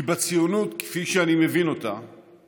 כי בציונות כפי שאני מבין אותה